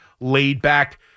laid-back